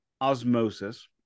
osmosis